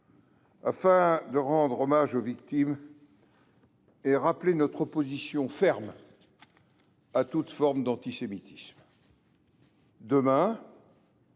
afin de rendre hommage aux victimes et de rappeler notre opposition ferme à toute forme d’antisémitisme. Demain,